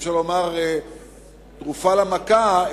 אי-אפשר לומר תרופה למכה,